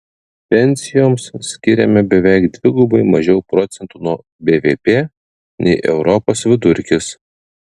pensijoms skiriame beveik dvigubai mažiau procentų nuo bvp nei europos vidurkis